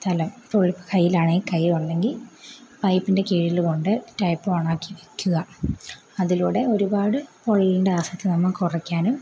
സ്ഥലം ഇപ്പോൾ കയ്യിലാണെൽ കൈ ഉണ്ടെങ്കിൽ പൈപ്പിൻ്റെ കീഴില് കൊണ്ടുപോയി പൈപ്പ് ഓണാക്കി വെക്കുക അതിലൂടെ ഒരുപാട് പൊള്ളിയതിൻ്റെ ആസക്തി നമുക്ക് കുറയ്ക്കാനും